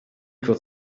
could